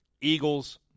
Eagles